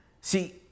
see